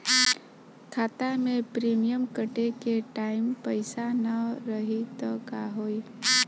खाता मे प्रीमियम कटे के टाइम पैसा ना रही त का होई?